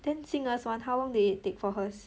then jing er's one how long did it take for hers